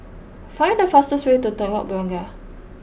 find the fastest way to Telok Blangah